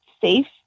safe